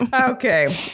Okay